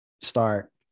start